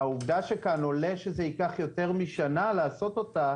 העובדה שכאן עולה שזה ייקח יותר משנה לעשות את הרפורמה,